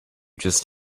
just